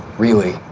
really.